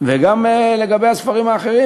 וגם בספרים האחרים.